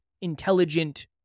intelligent